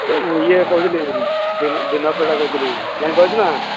ଇଏ କହୁଥିଲି ବିନୟ ପରିଡ଼ା କହୁଥିଲି ଜାଣିପାରୁଛୁ ନା